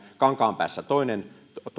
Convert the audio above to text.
kankaanpäässä oli toinen